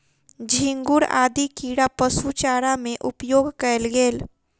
झींगुर आदि कीड़ा पशु चारा में उपयोग कएल गेल